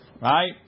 Right